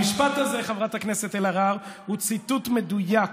המשפט הזה, חברת הכנסת אלהרר, הוא ציטוט מדויק,